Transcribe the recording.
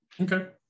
Okay